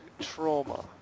trauma